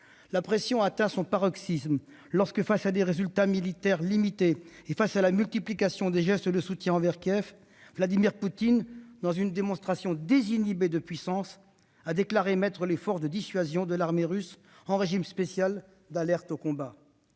la pression a atteint son paroxysme lorsque, face à des résultats militaires limités et à la multiplication des gestes de soutien envers Kiev, Vladimir Poutine, dans une démonstration désinhibée de puissance, a déclaré mettre les forces de dissuasion de l'armée russe en régime spécial d'alerte au combat.